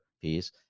piece